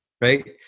right